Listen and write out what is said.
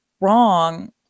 wrong